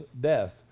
death